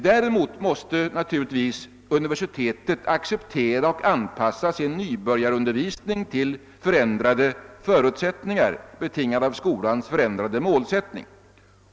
Däremot måste naturligtvis universitetet acceptera och anpassa sin nybörjarundervisning till förändrade förutsättningar betingade av skolans förändrade målsättning.